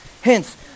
hence